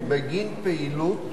בגין פעילות